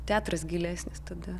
teatras gilesnis tada